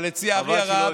אבל לצערי הרב,